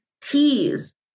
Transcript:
T's